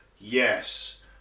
Yes